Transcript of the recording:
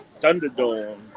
Thunderdome